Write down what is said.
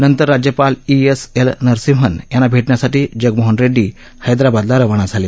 नंतर राज्यपाल E S L Narasimhan यांना भेटण्यासाठी जगनमोहन रेड्डी हैद्राबादला रवाना झाले